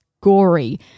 gory